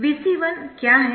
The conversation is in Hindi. Vc1 क्या है